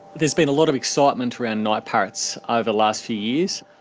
there's been a lot of excitement around night parrots over the last few years.